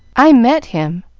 i met him,